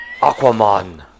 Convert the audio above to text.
Aquaman